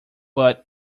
but